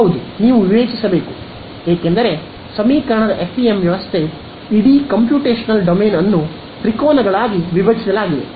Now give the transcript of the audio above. ಹೌದು ನೀವು ವಿವೇಚಿಸಬೇಕು ಏಕೆಂದರೆ ಸಮೀಕರಣದ ಎಫ್ಇಎಂ ವ್ಯವಸ್ಥೆ ಇಡೀ ಕಂಪ್ಯೂಟೇಶನಲ್ ಡೊಮೇನ್ ಅನ್ನು ತ್ರಿಕೋನಗಳಾಗಿ ವಿಭಜಿಸಲಾಗಿದೆ